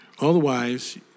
Otherwise